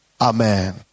Amen